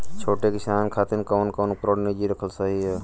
छोट किसानन खातिन कवन कवन उपकरण निजी रखल सही ह?